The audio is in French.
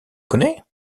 connaît